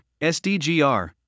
SDGR